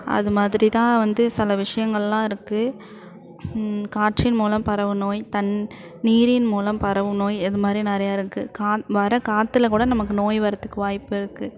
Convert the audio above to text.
அது மாதிரி தான் வந்து சில விஷயங்கள்லாம் இருக்குது காற்றின் மூலம் பரவும் நோய் தண் நீரின் மூலம் பரவும் நோய் அது மாதிரி நிறையா இருக்குது கா வர காற்றுல கூட நமக்கு நோய் வர்றதுக்கு வாய்ப்பு இருக்குது